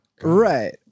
right